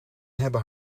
hebben